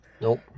Nope